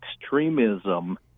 extremism